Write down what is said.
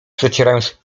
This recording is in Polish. przecierając